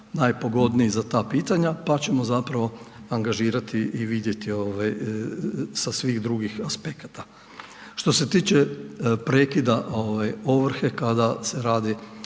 najpogodniji za ta pitanja, pa ćemo zapravo angažirati i vidjeti sa svih drugih aspekata. Što se tiče prekida ovrhe kada se radi